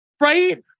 right